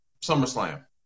SummerSlam